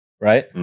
right